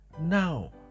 Now